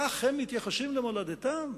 כך הם מתייחסים למולדתם?